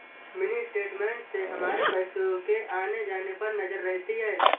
mini statement से हमारे पैसो के आने जाने पर नजर रहती है